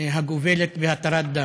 הגובלת בהתרת דם.